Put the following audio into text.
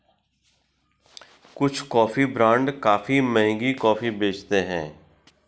कुछ coffee brand काफी महंगी कॉफी बेचते हैं